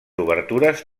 obertures